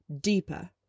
deeper